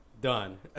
done